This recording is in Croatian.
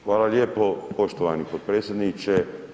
Hvala lijepo poštovani potpredsjedniče.